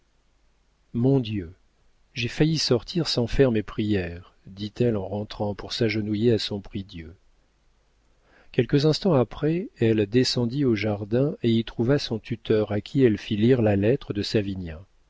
mon dieu j'ai failli sortir sans faire mes prières dit-elle en rentrant pour s'agenouiller à son prie-dieu quelques instants après elle descendit au jardin et y trouva son tuteur à qui elle fit lire la lettre de savinien